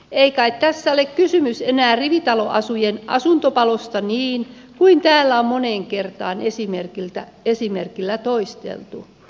ei kai tässä ole kysymys enää rivitaloasunnon asuntopalosta niin kuin täällä on moneen kertaan esimerkillä toisteltu